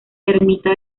ermita